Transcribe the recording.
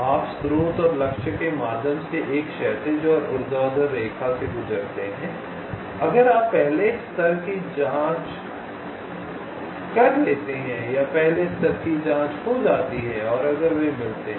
आप स्रोत और लक्ष्य के माध्यम से एक क्षैतिज और ऊर्ध्वाधर रेखा से गुजरते हैं अगर पहले स्तर की जांच हो जाती है अगर वे मिलते हैं